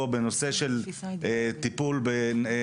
אני מקדם אותו בנושא של טיפול בנוער